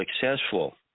successful